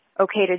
okay